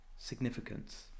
significance